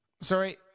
Sorry